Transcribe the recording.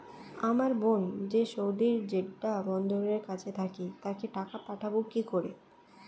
আমার বোন যে সৌদির জেড্ডা বন্দরের কাছে থাকে তাকে টাকা পাঠাবো কি করে?